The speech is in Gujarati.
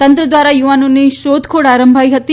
તંત્ર ધ્વારા યુવાનોની શોધખોળ આરંભાઇ હતી